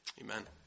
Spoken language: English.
Amen